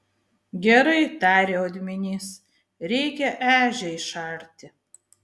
gerai tarė odminys reikia ežią išarti